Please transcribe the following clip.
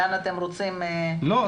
לא,